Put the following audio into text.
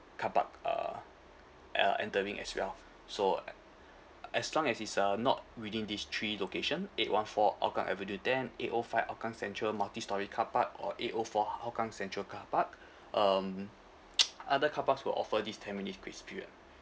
car park uh e~ uh entering as well so a~ as long as it's uh not within these three location eight one four hougang avenue ten eight O five hougang central multi storey car park or eight O four hougang central car park um other car parks will offer this ten minutes grace period